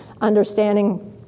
understanding